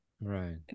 right